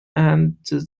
and